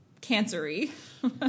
cancer-y